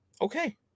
okay